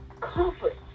Comfort